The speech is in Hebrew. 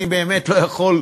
אני באמת לא יכול,